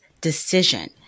decision